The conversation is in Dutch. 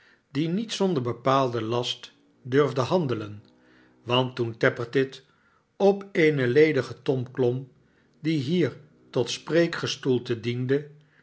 die met zonder bepaalden last durfde handelen want toen tappertit op eene ledige ton klom die hier tot spreekgestoelte diende